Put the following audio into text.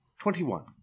Twenty-one